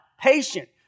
patient